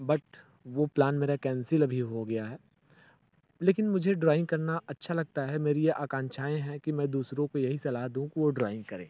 but वो plan मेरा cancel अभी हो गया है लेकिन मुझे ड्रॉइंग करना अच्छा लगता है मेरी ये आकांक्षाएँ है कि मैं दूसरों को यही सलाह दूँ कि वो ड्रॉइंग करें